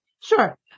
sure